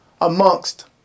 amongst